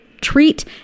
treat